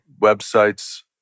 website's